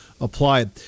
applied